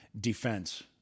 defense